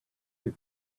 your